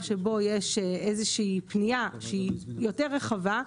שבו יש איזושהי פנייה שהיא יותר רחבה,